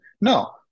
no